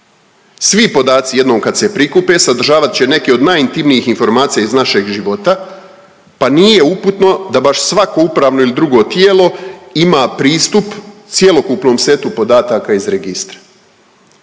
Svi podaci jednom kad se prikupe sadržavat će neke od najintimnijih informacija iz našeg života, pa nije uputno da baš svako upravno ili drugo tijelo ima pristup cjelokupnom setu podataka iz registra.